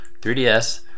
3DS